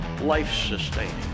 life-sustaining